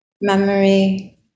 memory